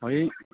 है